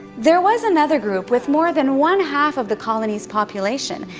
there was another group with more than one-half of the colonies' population,